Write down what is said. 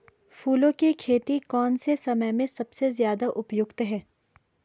फूलों की खेती कौन से समय में सबसे ज़्यादा उपयुक्त है?